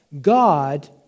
God